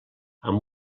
amb